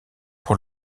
pour